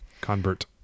convert